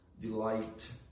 delight